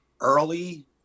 early